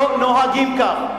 לא נוהגים כך.